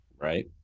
Right